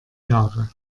jahre